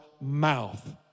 mouth